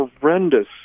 horrendous